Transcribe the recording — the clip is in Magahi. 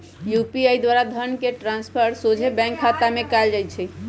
यू.पी.आई द्वारा धन के ट्रांसफर सोझे बैंक खतामें कयल जा सकइ छै